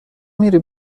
میری